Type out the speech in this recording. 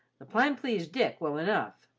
the plan pleased dick well enough.